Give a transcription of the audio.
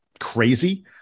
crazy